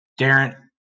Darren